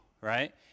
right